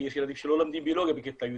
כי יש ילדים שלא לומדים ביולוגיה בכיתה י"ב.